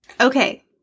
Okay